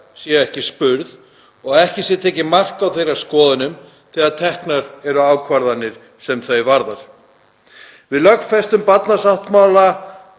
séu ekki spurð og að ekki sé tekið mark á þeirra skoðunum þegar teknar eru ákvarðanir sem þau varðar. Við lögfestum barnasáttmálann